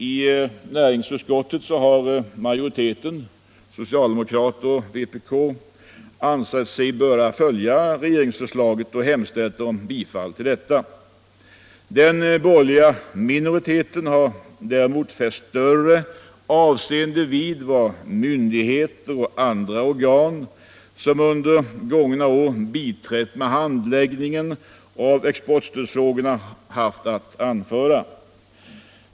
I näringsutskottet har majoriteten — social demokrater och vpk — ansett sig böra följa regeringsförslaget och hemställt om bifall till detta. Den borgerliga minoriteten har däremot fäst större avseende vid vad de myndigheter och andra organ som under gångna år biträtt med handläggningen av exportstödsfrågorna haft att anföra.